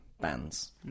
bands